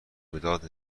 مداد